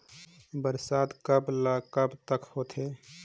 बरसात कब ल कब तक होथे?